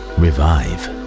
revive